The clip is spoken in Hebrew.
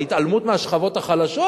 ההתעלמות מהשכבות החלשות,